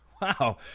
Wow